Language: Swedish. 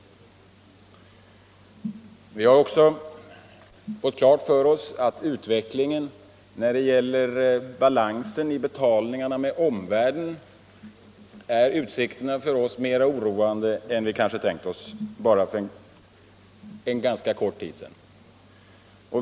Vi har också fått klart för oss att utvecklingen när det gäller betalningsbalansen i förhållande till omvärlden är mer oroande än vi kanske tänkt oss för bara en ganska kort tid sedan.